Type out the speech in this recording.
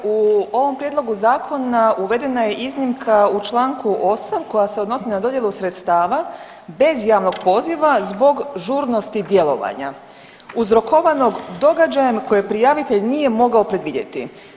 U ovom prijedlogu zakona uvedena je iznimka u čl. 8. koja se odnosi na dodjelu sredstava bez javnog poziva zbog žurnosti djelovanja, uzrokovanog događajem koje prijavitelj nije mogao predvidjeti.